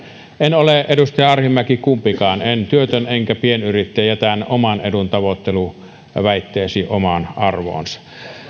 en ole edustaja arhinmäki kumpikaan en työtön enkä pienyrittäjä jätän oman edun tavoittelu väitteesi omaan arvoonsa